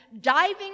diving